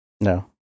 No